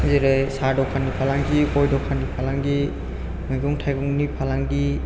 जेरै सा दखाननि फालांगि गय दखाननि फालांगि मैगं थाइगंनि फालांगि